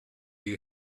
you